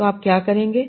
तो आप क्या करेंगे